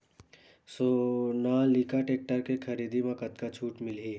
Sonalika tractor के खरीदी मा कतका छूट मीलही?